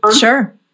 sure